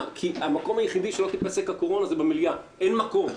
כי המקום היחיד שבו לא תיפסק הקורונה זה במליאה כי אין מקום,